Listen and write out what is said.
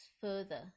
further